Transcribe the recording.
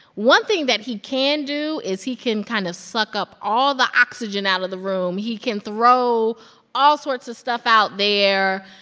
one thing that he can do is he can kind of suck up all the oxygen out of the room. he can throw all sorts of stuff out there.